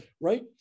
right